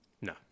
No